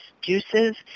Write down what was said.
juices